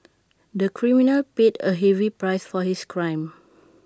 the criminal paid A heavy price for his crime